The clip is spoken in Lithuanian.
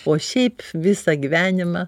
o šiaip visą gyvenimą